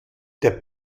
der